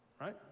Right